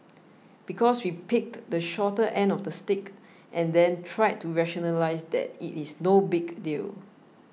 because we picked the shorter end of the stick and then tried to rationalise that it is no big deal